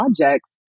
projects